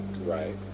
Right